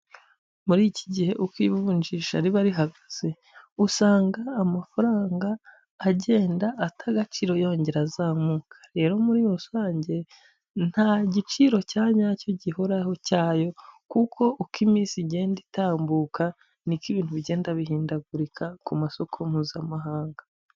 Muri iki gihe uko ivunjisha riba rihagaze, usanga amafaranga agenda ata agaciro yongera azamuka, rero muri rusange nta giciro cya nyacyo gihoraho cyayo kuko uko iminsi igenda itambuka niko ibintu bigenda bihindagurika ku masoko mpuzamahanga.